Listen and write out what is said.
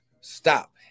stop